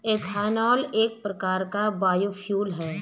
ethanol एक प्रकार का बायोफ्यूल है